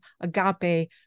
agape